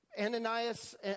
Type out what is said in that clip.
Ananias